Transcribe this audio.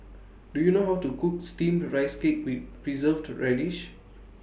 Do YOU know How to Cook Steamed Rice Cake with Preserved Radish